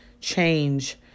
change